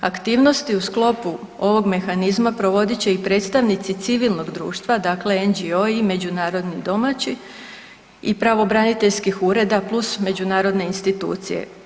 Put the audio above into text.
Aktivnosti u sklopu ovog mehanizma provodit će i predstavnici civilnog društva, dakle NGO i međunarodni domaći i pravobraniteljskih ureda plus međunarodne institucije.